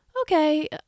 okay